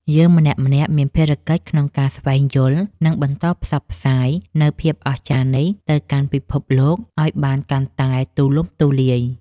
យើងម្នាក់ៗមានភារកិច្ចក្នុងការស្វែងយល់ និង បន្តផ្សព្វផ្សាយនូវភាពអស្ចារ្យនេះទៅកាន់ពិភពលោកឱ្យបានកាន់តែទូលំទូលាយ។